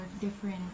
different